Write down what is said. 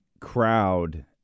crowd